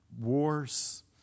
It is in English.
wars